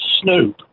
Snoop